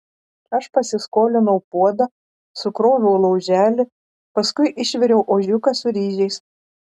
aš pasiskolinau puodą sukroviau lauželį paskui išviriau ožiuką su ryžiais